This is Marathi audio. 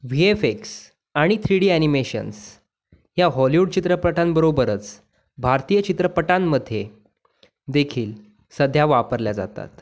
व्हि एफ एक्स आणि थ्री डी अॅनिमेशन्स ह्या हॉलीवूड चित्रपटांबरोबरच भारतीय चित्रपटांमध्ये देखील सध्या वापरल्या जातात